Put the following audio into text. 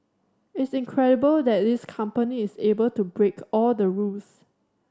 it's incredible that this company is able to break all the rules